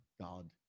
God